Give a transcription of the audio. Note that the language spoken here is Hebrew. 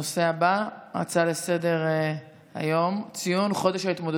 נעבור לנושא הבא, הצעות לסדר-היום בנושא: